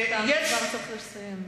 אתה כבר צריך לסיים.